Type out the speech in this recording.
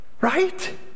right